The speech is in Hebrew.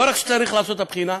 לא רק שצריך לעשות את הבחינה,